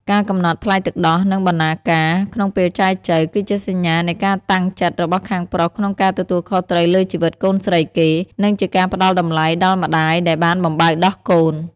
ការកំណត់ "ថ្លៃទឹកដោះ" និង "បណ្ណាការ" ក្នុងពេលចែចូវ គឺជាសញ្ញានៃការតាំងចិត្តរបស់ខាងប្រុសក្នុងការទទួលខុសត្រូវលើជីវិតកូនស្រីគេ និងជាការផ្ដល់តម្លៃដល់ម្ដាយដែលបានបំបៅដោះកូន។